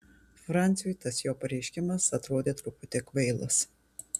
franciui tas jo pareiškimas atrodė truputį kvailas